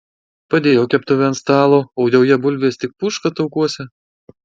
padėjo keptuvę ant stalo o joje bulvės tik puška taukuose